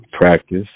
practice